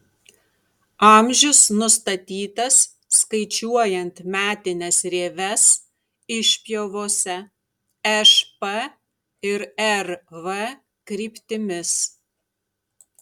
amžius nustatytas skaičiuojant metines rieves išpjovose š p ir r v kryptimis